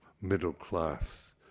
middle-class